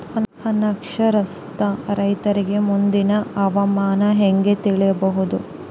ಅನಕ್ಷರಸ್ಥ ರೈತರಿಗೆ ಮುಂದಿನ ಹವಾಮಾನ ಹೆಂಗೆ ತಿಳಿಯಬಹುದು?